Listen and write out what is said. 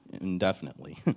indefinitely